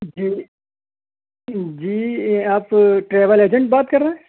جی جی آپ travel agent بات کر رہے ہیں